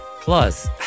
Plus